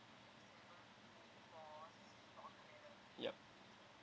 yup